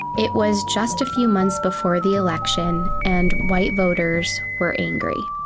it was just a few months before the election, and white voters were angry.